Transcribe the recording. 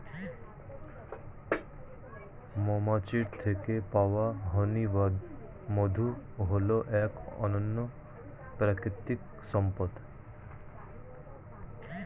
মৌমাছির থেকে পাওয়া হানি বা মধু হল এক অনন্য প্রাকৃতিক সম্পদ